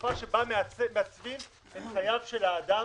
התקופה שבה מעצבים את חייו של האדם